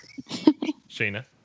Sheena